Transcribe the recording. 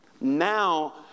Now